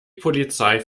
polizei